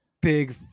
big